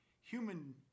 human